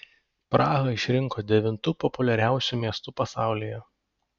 prahą išrinko devintu populiariausiu miestu pasaulyje